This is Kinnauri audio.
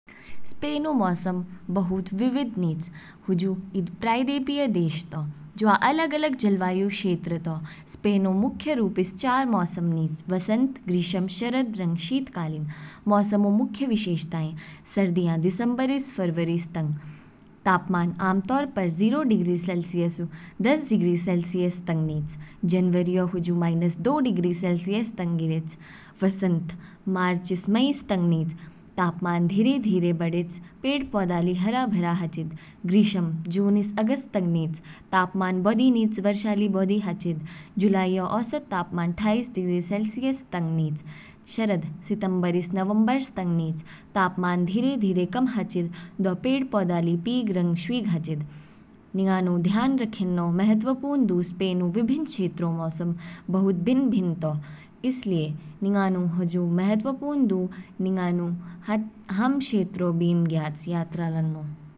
स्पेन ऊ मौसम बहुत विविध निच, हुजु ईद प्रायद्वीपीय देश तौ। जवा अलग-अलग जलवायु क्षेत्र तौ। स्पेन ऊ मुख्य रूपस चार मौसम निच, वसंत, ग्रीष्म, शरद, रंग शीतकालीन। मौसम ऊ मुख्य विशेषताएं, सर्दियाँ, दिसंबर ईस फरवरी सतंग तापमान आमतौर पर जीरो डिग्री सेलसियस ऊ दस डिग्री सेलसियस तंग निच। जनवरीऔ हुजु माइनस दो डिग्री सेलसियस तंग गिरेच। वसंत, मार्च ईस मईस तंग, तापमान धीरे-धीरे बढ़ेच, पेड़ पौधे ली हरे भरे हाचिद। ग्रीष्म, जून ईस अगस्त तंग निच, तापमान बौधि निज वर्षा ली बौधि हाचिद, जुलाईऔ औसत तापमान ठाईस डिग्री सेलसियस तंग निच। शरद, सितंबर ईस नवंबरस तंग निच, तापमान धीरे-धीरे कम हाचिद दौ पेड़ पौधा ली पीग रंग शवीग हाचिद। निंगानु ध्यान रखेन्नो महत्वपूर्ण दु स्पेन ऊ विभिन्न क्षेत्रों मौसम बहुत भिन्न भिन्न तौ इसलिए निंगानु हुजु महत्वपूर्ण निंगानु हाम क्षेत्रों बीम ज्ञयाच यात्रा लान्नौ।